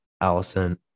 allison